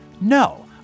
No